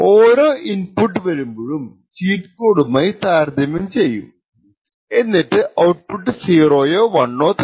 ഓരോ ഇൻപുട്ട് വരുമ്പോളും ചീറ്റ് കോഡ്മായി താരതമ്യം ചെയ്യും എന്നിട്ട് ഔട്ട്പുട്ട് 0 ഓ 1 ഓ തരും